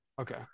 okay